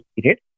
period